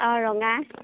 অঁ ৰঙা